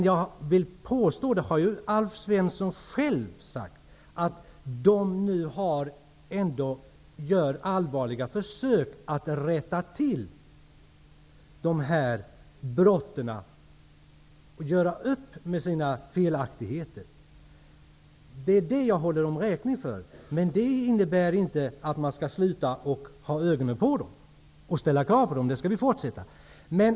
Jag vill dock påstå, och det har också Alf Svensson själv sagt, att man i Vietnam nu ändå gör allvarliga försök att komma till rätta med brotten och göra upp med sina felaktigheter på det här området. Det är det som jag håller regimen räkning för. Men det innebär inte att man skall sluta att ha ögonen på dess företrädare och att ställa krav på dem. Det skall vi fortsätta med.